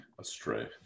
astray